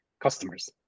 customers